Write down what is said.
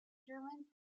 german